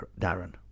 Darren